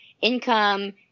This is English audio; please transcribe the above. income